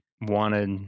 wanted